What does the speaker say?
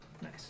Nice